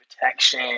Protection